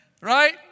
Right